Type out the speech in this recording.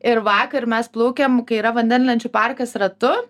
ir vakar mes plaukėm kai yra vandenlenčių parkas ratu